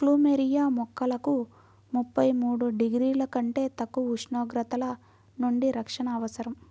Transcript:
plumeria మొక్కలకు ముప్పై మూడు డిగ్రీల కంటే తక్కువ ఉష్ణోగ్రతల నుండి రక్షణ అవసరం